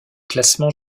classement